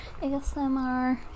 asmr